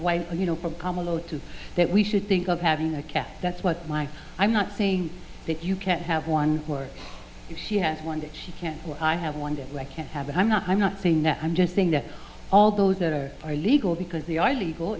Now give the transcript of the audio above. white you know to that we should think of having a calf that's what i'm not saying that you can't have one work she has one that she can't have one day i can't have and i'm not i'm not saying no i'm just saying that all those that are are legal because they are legal